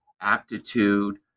aptitude